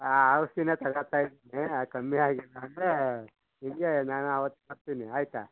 ಆ ಔಷಧಿನೆ ತಗಳ್ತಾ ಇದ್ದೀನಿ ಕಮ್ಮಿ ಆಗಿಲ್ಲ ಅಂದರೆ ಹಿಂಗೆ ನಾನು ಅವತ್ತು ಬರ್ತೀನಿ ಆಯಿತಾ